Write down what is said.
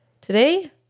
Today